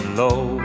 low